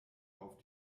auf